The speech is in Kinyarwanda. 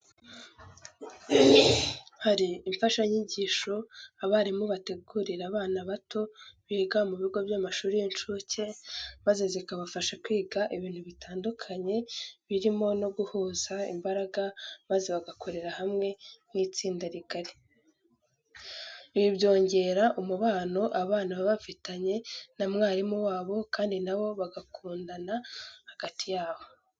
Hari imfashanyigisho abarimu bategurira abana bato biga mu bigo by'amashuri y'incuke maze zikabafasha kwiga ibintu bitandukanye birimo no guhuza imbaraga maze bagakorera hamwe nk'itsinda rigari. Ibi byongera umubano abana baba bafitanye na mwarimu wabo kandi na bo bagakundana hagati yabo.